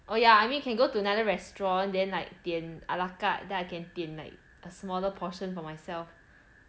oh yeah I mean can go to another restaurant then like 点 ala carte then I can 点 like a smaller portion for myself